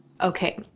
Okay